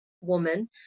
woman